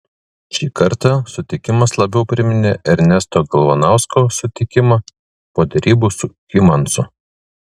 šį kartą sutikimas labiau priminė ernesto galvanausko sutikimą po derybų su hymansu